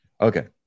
Okay